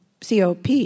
COP